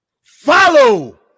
follow